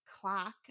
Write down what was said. clock